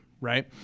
right